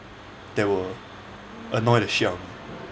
that will annoyed the shit out of me